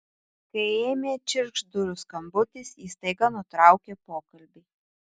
kai ėmė čirkšt durų skambutis ji staiga nutraukė pokalbį